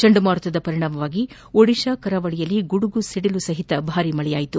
ಚಂಡಮಾರುತದ ಪರಿಣಾಮವಾಗಿ ಒಡಿಶಾ ಕರಾವಳಿಯಲ್ಲಿ ಗುಡುಗು ಸಿಡಿಲು ಸಹಿತ ಭಾರೀ ಮಳೆಯಾಗಿದೆ